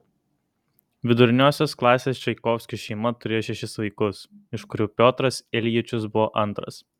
viduriniosios klasės čaikovskių šeima turėjo šešis vaikus iš kurių piotras iljičius buvo antras